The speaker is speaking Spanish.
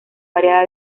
variada